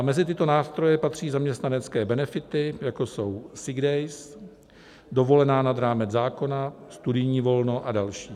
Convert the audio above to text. Mezi tyto nástroje patří zaměstnanecké benefity, jako jsou sick days, dovolená nad rámec zákona, studijní volno a další.